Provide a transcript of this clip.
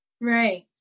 right